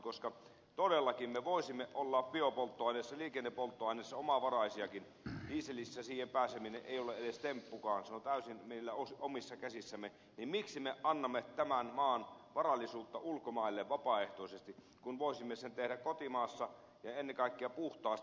kun todellakin me voisimme olla biopolttoaineissa liikennepolttoaineissa omavaraisiakin dieselissä siihen pääseminen ei ole edes temppukaan se on täysin meidän omissa käsissämme niin miksi me annamme tämän maan varallisuutta ulkomaille vapaaehtoisesti kun voisimme sen tehdä kotimaassa ja ennen kaikkea puhtaasti